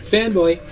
Fanboy